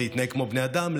להתנהג כמו בני אדם,